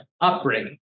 upbringing